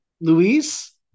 Luis